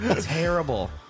Terrible